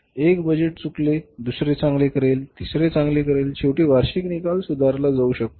तर एक बजेट चुकले दुसरे चांगले करेल तिसरे चांगले करेल शेवटी वार्षिक निकाल सुधारला जाऊ शकतो